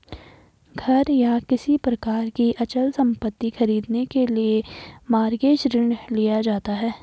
घर या किसी प्रकार की अचल संपत्ति खरीदने के लिए मॉरगेज ऋण लिया जाता है